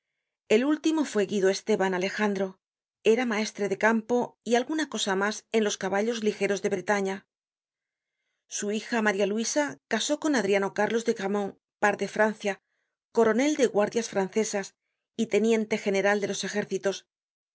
el último fue guido esteban alejandro era maestre de campo y alguna cosa mas en los caballos ligeros de bretaña su hija maría luisa casó con adriano cárlos de grammont par de francia coronel de guardias francesas y teniente general de los ejércitos se